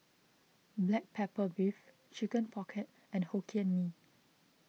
Black Pepper Beef Chicken Pocket and Hokkien Mee